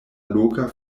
loka